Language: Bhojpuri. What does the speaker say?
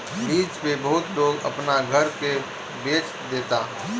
लीज पे बहुत लोग अपना घर के बेच देता